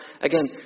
again